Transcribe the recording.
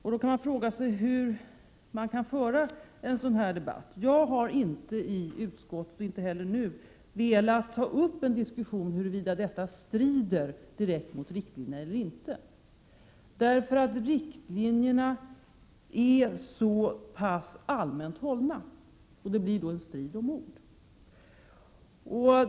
Någon kanske frågar sig: Hur kan man föra en sådan här debatt? Jag har inte i utskottet, och heller inte nu, velat ta upp en diskussion om huruvida detta direkt strider mot riktlinjerna eller inte, därför att riktlinjerna är så allmänt hållna att det då blir en strid om ord.